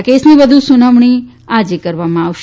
આ કેસની વધુ સુનાવણી આજે કરવામાં આવશે